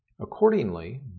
accordingly